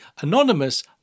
anonymous